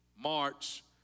March